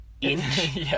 inch